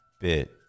bit